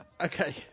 Okay